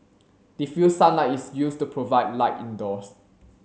diffused sunlight is used to provide light indoors